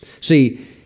See